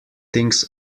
things